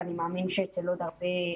ואני מאמין שאצל עוד הרבה,